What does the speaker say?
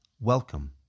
welcome